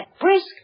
brisk